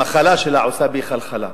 המחלה שלה עושה בי חלחלה.